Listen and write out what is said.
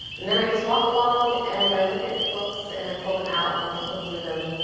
and then i just walk along and i look at books and i pull them out and i flip through them.